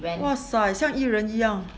!wahseh! 像艺人一样